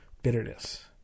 Bitterness